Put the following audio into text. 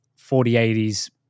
4080s